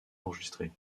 enregistrés